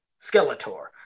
Skeletor